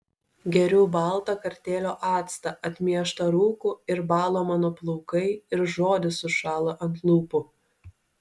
geriu baltą kartėlio actą atmieštą rūku ir bąla mano plaukai ir žodis sušąla ant lūpų